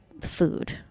food